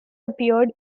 appeared